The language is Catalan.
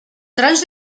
trons